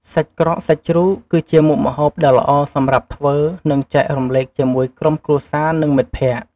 សាច់ក្រកសាច់ជ្រូក គឺជាមុខម្ហូបដ៏ល្អសម្រាប់ធ្វើ និងចែករំលែកជាមួយក្រុមគ្រួសារ និងមិត្តភក្តិ។